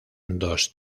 dos